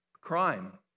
crime